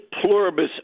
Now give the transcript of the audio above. pluribus